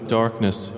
darkness